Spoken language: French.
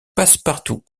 passepartout